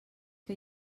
que